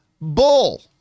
Bull